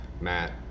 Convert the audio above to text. Matt